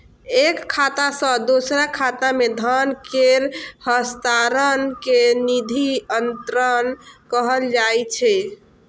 एक खाता सं दोसर खाता मे धन केर हस्तांतरण कें निधि अंतरण कहल जाइ छै